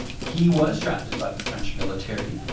he was drafted by the french military.